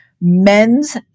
men's